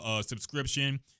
subscription